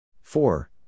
four